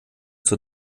zur